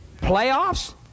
Playoffs